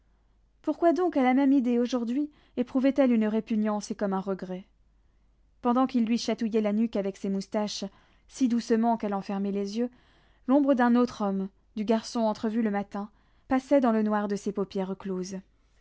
pourquoi donc à la même idée aujourd'hui éprouvait elle une répugnance et comme un regret pendant qu'il lui chatouillait la nuque avec ses moustaches si doucement qu'elle en fermait les yeux l'ombre d'un autre homme du garçon entrevu le matin passait dans le noir de ses paupières closes